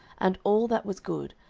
and all that was good,